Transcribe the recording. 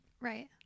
Right